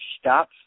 stop